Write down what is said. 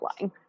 lying